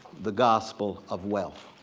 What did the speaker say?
the gospel of wealth,